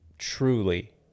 truly